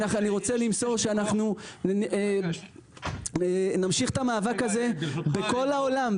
אני רוצה למסור שאנחנו נמשיך את המאבק הזה בכל העולם,